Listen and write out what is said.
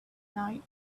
night